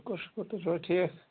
شُکر شُکر تُہۍ چھِوٕ حظ ٹھیٖک